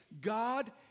God